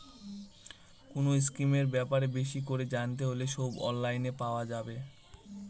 কোনো স্কিমের ব্যাপারে বেশি করে জানতে হলে সব অনলাইনে পাওয়া যাবে